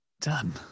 Done